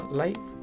life